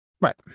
Right